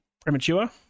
premature